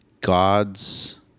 Gods